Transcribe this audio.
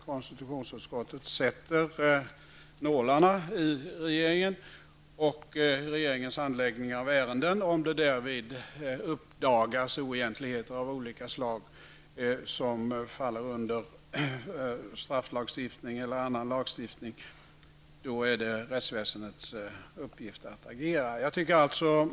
Konstitutionsutskottet sätter nålarna i regeringen och regeringens handläggning av ärendet. Om det därvid uppdagas oegentligheter av olika slag som faller under strafflagstiftningen eller annan lagstiftning, är det rättsväsendets uppgift att agera.